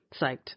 psyched